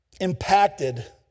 impacted